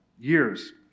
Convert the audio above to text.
Years